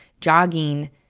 jogging